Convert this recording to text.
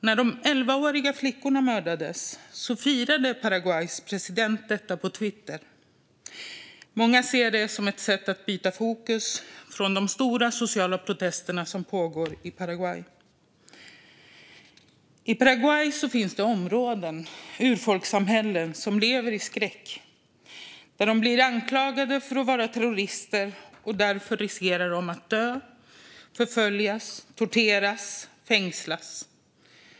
När de elvaåriga flickorna mördades firade Paraguays president detta på Twitter. Många ser detta som ett sätt att byta fokus från de stora sociala protesterna som pågår i Paraguay. I Paraguay finns områden, urfolkssamhällen, som lever i skräck. De blir anklagade för att vara terrorister, och därför riskerar de att dö, förföljas, torteras och fängslas.